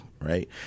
right